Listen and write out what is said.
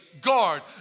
guard